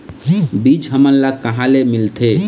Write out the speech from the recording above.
बीज हमन ला कहां ले मिलथे?